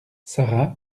sara